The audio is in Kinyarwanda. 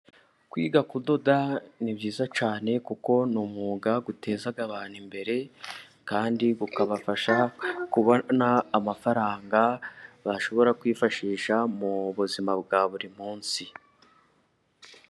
Kwiga kudoda ni byiza cyane, kuko ni umwuga uteza abantu imbere, kandi ukabafasha kubona amafaranga, bashobora kwifashisha mu buzima bwa buri munsi.